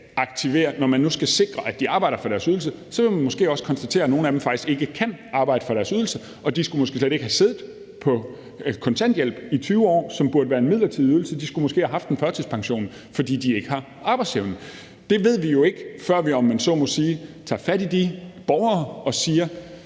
har været på kontanthjælp i 20 år, arbejder for deres ydelse, så kan man måske også konstatere, at de faktisk ikke kan arbejde for deres ydelse, og at de måske slet ikke skulle have siddet på kontanthjælp i 20 år, som burde være en midlertidig ydelse. De skulle måske have haft en førtidspension, fordi de ikke har arbejdsevnen. Det ved vi jo ikke, før vi, om man så må sige, tager fat i de borgere og siger: